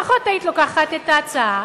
לפחות היית לוקחת את ההצעה,